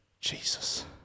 Jesus